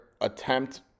attempt